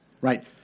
right